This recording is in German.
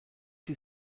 sie